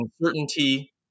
uncertainty